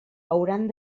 hauran